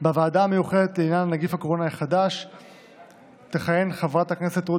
בוועדה לביקורת המדינה תכהן חברת הכנסת רות